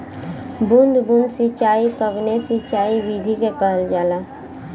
बूंद बूंद सिंचाई कवने सिंचाई विधि के कहल जाला?